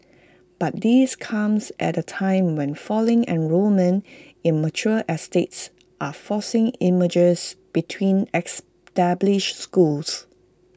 but this comes at A time when falling enrolment in mature estates are forcing mergers between established schools